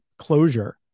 Closure